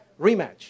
Rematch